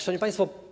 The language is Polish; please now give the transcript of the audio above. Szanowni Państwo!